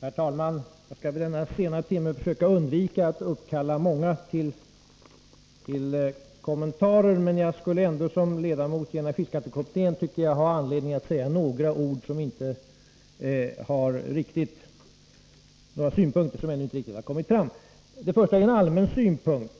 Herr talman! Jag skall i denna sena timme försöka undvika att uppkalla många till kommentarer, men jag tycker att jag som ledamot i energiskattekommittén har anledning att framföra några synpunkter som inte riktigt har kommit fram i debatten. Den första är en allmän synpunkt.